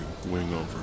Wingover